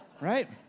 Right